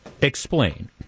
explain